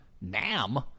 Nam